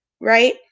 right